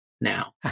now